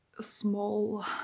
small